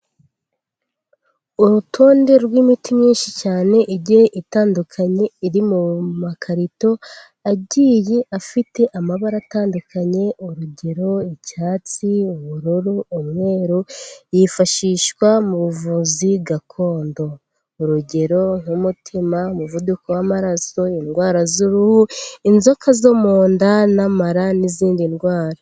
Urutonde rw'imiti myinshi cyane igiye itandukanye, iri mu makarito agiye afite amabara atandukanye, urugero icyatsi, ubururu, umweru, yifashishwa mu buvuzi gakondo, urugero nk'umutima, umuvuduko w'amaraso, indwara z'uruhu, inzoka zo mu nda n'amara n'izindi ndwara.